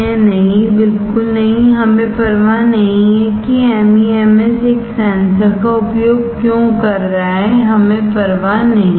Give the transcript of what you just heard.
नहीं बिल्कुल नहीं हमें परवाह नहीं है कि एमईएमएस एक सेंसर का उपयोग क्यों कर रहा हैहमें परवाह नहीं है